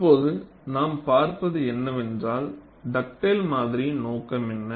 இப்போது நாம் பார்ப்பது என்னவென்றால் டக்டேல் மாதிரியின் நோக்கம் என்ன